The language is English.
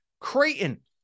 Creighton